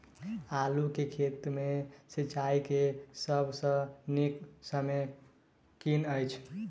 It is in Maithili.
आलु केँ खेत मे सिंचाई केँ सबसँ नीक समय कुन अछि?